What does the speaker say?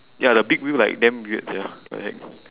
ya the big wheel like damn weird sia what the heck